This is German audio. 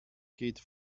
geht